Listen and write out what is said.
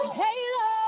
halo